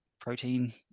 protein